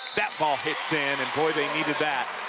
that ball hits in and, boy, they needed that.